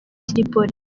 tripoli